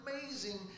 amazing